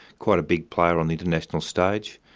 quite a big player on the international stage.